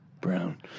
brown